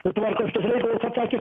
tvarko šituos reikalus pasakė